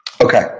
Okay